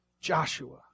Joshua